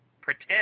pretend